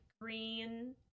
green